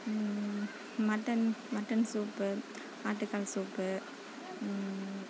mutton mutton soup ஆட்டுக்கால் soup